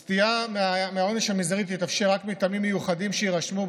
סטייה מהעונש המזערי תתאפשר רק מטעמים מיוחדים שיירשמו.